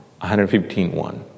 115.1